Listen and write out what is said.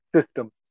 system